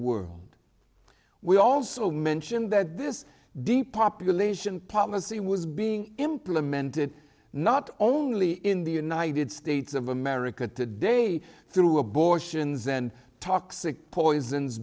world we also mentioned that this deep population policy was being implemented not only in the united states of america today through abortions and toxic poisons